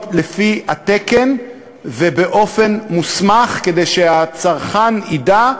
לפי התקן ובאופן מוסמך כדי שהצרכן ידע,